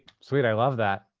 sweet, i love that.